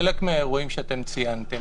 חלק מהאירועים שציינתם,